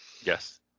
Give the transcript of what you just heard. Yes